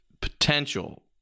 potential